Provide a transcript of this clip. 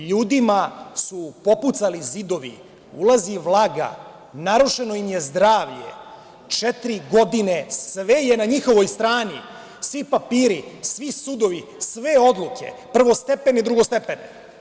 LJudima su popucali zidovi, ulazi vlaga, narušeno im je zdravlje, četiri godine, sve je na njihovoj strani, svi papiri, svi sudovi, sve odluke, prvostepene i drugostepene.